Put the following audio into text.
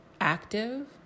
active